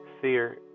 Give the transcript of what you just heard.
fear